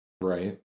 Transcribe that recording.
Right